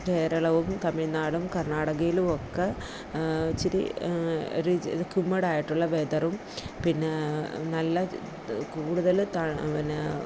കേരളവും തമിഴ്നാടും കർണാടകേലുവൊക്കെ ഇച്ചിരി റിജിഡ് ഹുമിഡായിട്ടുള്ള വെതറും പിന്നെ നല്ല കൂടുതൽ ത പിന്നെ